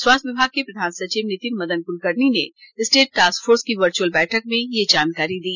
स्वास्थ्य विभाग के प्रधानसचिव नितिन मदन कुलकर्णी ने स्टेट टास्कफोर्स की वर्चुअल बैठक में यह जानकारी दी